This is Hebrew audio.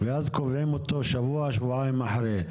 ואז קובעים אותו שבוע או שבועיים אחרי,